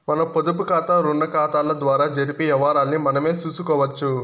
మన పొదుపుకాతా, రుణాకతాల ద్వారా జరిపే యవ్వారాల్ని మనమే సూసుకోవచ్చు